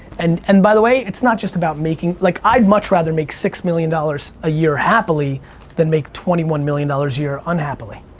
and and by the way, it's not just about making. like i'd much rather make six million dollars a year happily than make twenty one million a year unhappily.